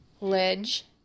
ledge